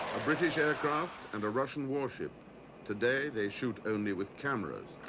british aircraft and a russian warship today they shoot only with cameras.